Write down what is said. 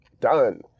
done